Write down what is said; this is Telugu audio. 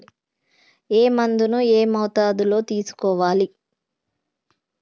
ఏ మందును ఏ మోతాదులో తీసుకోవాలి?